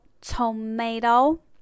tomato